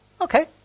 Okay